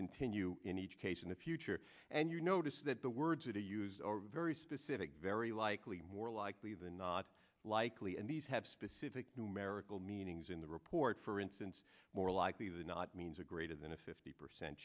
continue in each case in the future and you notice that the word to use or very specific very likely more likely than not likely and these have specific numerical meanings in the report for instance more likely than not means a greater than a fifty percent